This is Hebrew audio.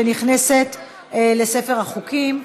ונכנסת לספר החוקים.